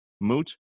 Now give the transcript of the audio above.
moot